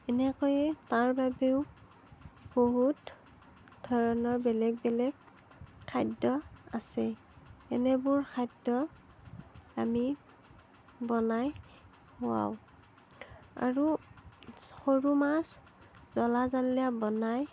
এনেকৈয়ে তাৰ বাবেও বহুত ধৰণৰ বেলেগ বেলেগ খাদ্য আছে এনেবোৰ খাদ্য আমি বনাই খোৱাও আৰু সৰু মাছ জ্বলা জাল দিয়া বনাই